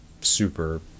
super